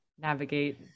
navigate